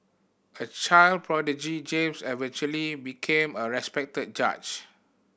a child prodigy James eventually became a respected judge